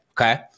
Okay